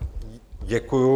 Děkuju.